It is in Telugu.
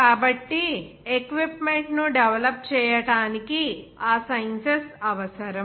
కాబట్టి ఎక్విప్మెంట్ ను డెవలప్ చేయడానికి ఆ సైన్సెస్ అవసరం